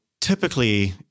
typically